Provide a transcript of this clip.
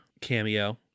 cameo